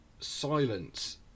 silence